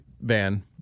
van